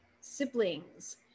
siblings